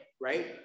right